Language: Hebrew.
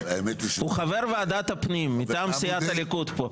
הוא חבר ועדת הפנים, מטעם סיעת הליכוד פה.